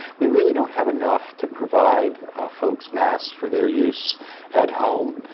we really don't have enough to provide folks masks for their use at home.